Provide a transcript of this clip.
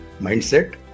mindset